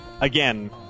again